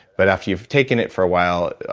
but after you've taken it for a while,